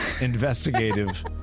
Investigative